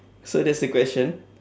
so that's the question